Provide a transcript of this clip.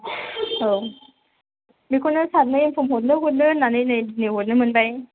औ बेखौनो सारनो इन्फर्म हरनो होननानै नै दिनै हरनो मोनबाय